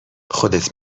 خودت